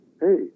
Hey